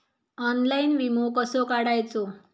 Online विमो कसो काढायचो?